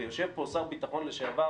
ויושב פה שר ביטחון לשעבר,